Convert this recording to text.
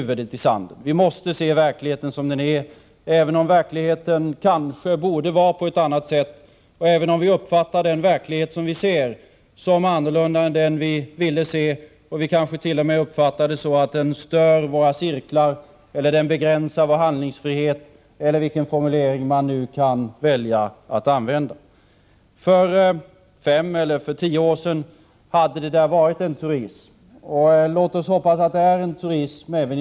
Vi måste se verkligheten sådan den är, även om verkligheten borde vara på ett annat sätt, även om vi uppfattar den verklighet som vi ser som annorlunda än den vi vill se och även om den kanske t.o.m. stör våra cirklar, begränsar vår handlingsfrihet, eller vilket uttryck man nu väljer. För fem eller tio år sedan hade det varit en truism att vår säkerhetspolitik inte får formas med huvudet i sanden.